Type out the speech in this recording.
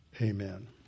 Amen